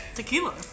Tequila